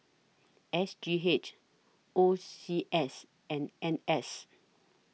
S G H O C S and N S